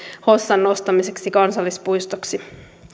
hossan nostamiseksi kansallispuistoksi